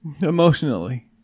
Emotionally